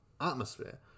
atmosphere